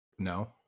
No